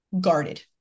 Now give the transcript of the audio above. guarded